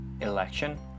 election